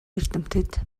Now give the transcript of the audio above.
эрдэмтэд